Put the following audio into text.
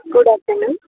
good afternoon